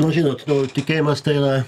no žinot nu tikėjimas tai yra